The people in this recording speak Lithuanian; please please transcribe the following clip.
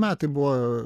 metai buvo